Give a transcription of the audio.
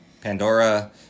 Pandora